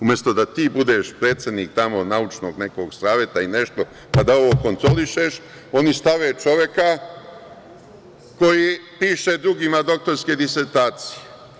Umesto da ti budeš predsednik tamo naučnog nekog saveta i nešto, pa da ovo kontrolišeš, oni stave čoveka koji piše drugima doktorske disertacije.